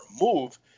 move